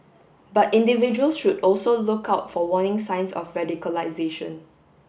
but individuals should also look out for warning signs of radicalization